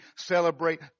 celebrate